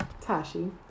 Tashi